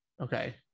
Okay